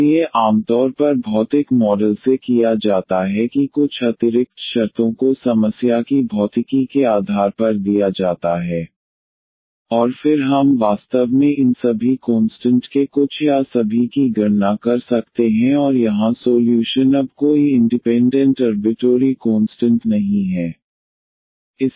इसलिए आमतौर पर भौतिक मॉडल से किया जाता है कि कुछ अतिरिक्त शर्तों को समस्या की भौतिकी के आधार पर दिया जाता है और फिर हम वास्तव में इन सभी कोंस्टंट के कुछ या सभी की गणना कर सकते हैं और यहां सोल्यूशन अब कोई इंडिपेंडेंट अर्बिटोरी कोंस्टंट नहीं है